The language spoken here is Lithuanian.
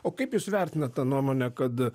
o kaip jūs vertinat tą nuomonę kad